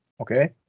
Okay